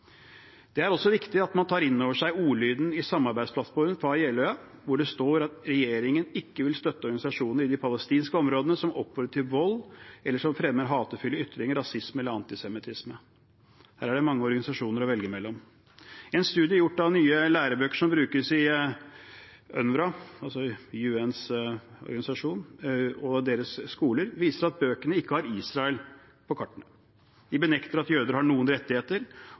Det er også viktig at man tar inn over seg ordlyden i samarbeidsplattformen fra Jeløya, der det står at regjeringen ikke vil støtte «organisasjoner i de palestinske områdene som oppfordrer til vold eller som fremmer hatefulle ytringer, rasisme eller antisemittisme». Her er det mange organisasjoner å velge mellom. En studie gjort av nye lærebøker som brukes i UNRWA og deres skoler, viser at bøkene ikke har Israel på kartene. De benekter at jøder har noen rettigheter